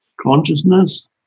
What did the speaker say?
Consciousness